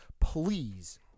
please